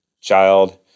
child